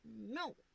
No